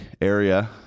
area